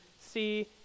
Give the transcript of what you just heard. see